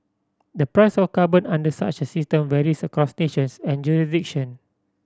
the price of carbon under such a system varies across nations and jurisdiction